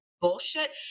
bullshit